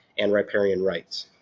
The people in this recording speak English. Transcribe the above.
and riparian rights.